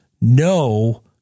no